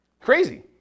Crazy